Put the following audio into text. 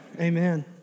amen